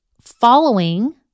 following